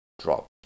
drop